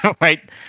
Right